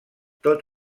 tot